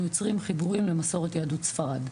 יוצרים חיבורים למסורת יהדות ספרד,